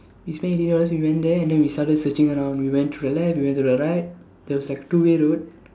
we spend eighteen dollars we went there and then we started searching around we went to the left to the right there was like a two way road